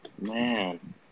Man